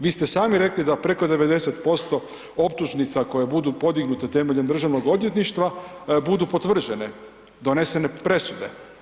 Vi ste sami rekli da preko 90% optužnica koje budu podignute temeljem državnog odvjetništva budu potvrđene, donesene presude.